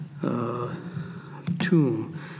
tomb